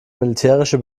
militärische